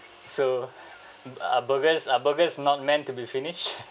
so uh burgers uh burgers not meant to be finished